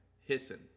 Hissing